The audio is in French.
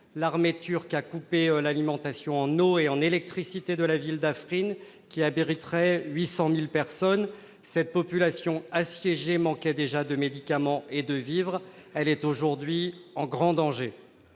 L'armée turque a coupé l'alimentation en eau et en électricité de la ville d'Afrine, qui abriterait 800 000 personnes. Cette population assiégée, qui manquait déjà de médicaments et de vivres, est aujourd'hui en grand danger.